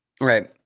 right